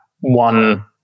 one